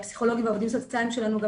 הפסיכולוגים והעובדים הסוציאליים שלנו גם